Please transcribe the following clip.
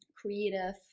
creative